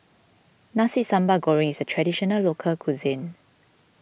Nasi Sambal Goreng is a Traditional Local Cuisine